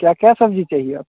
क्या क्या सब्ज़ी चाहिए आपको